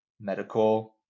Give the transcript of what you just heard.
medical